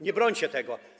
Nie brońcie tego.